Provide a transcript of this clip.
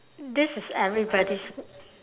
this is everybody's